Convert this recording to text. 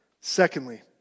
Secondly